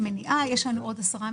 למשל גרמניה, משלמים